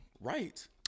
Right